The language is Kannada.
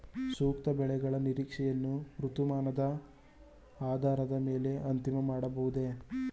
ಸೂಕ್ತ ಬೆಳೆಗಳ ನಿರೀಕ್ಷೆಯನ್ನು ಋತುಮಾನದ ಆಧಾರದ ಮೇಲೆ ಅಂತಿಮ ಮಾಡಬಹುದೇ?